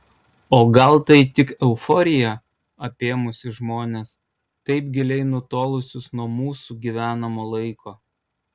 o gal tai tik euforija apėmusi žmones taip giliai nutolusius nuo mūsų gyvenamo laiko